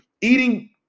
eating